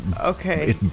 Okay